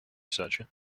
researcher